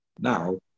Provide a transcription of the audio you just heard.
now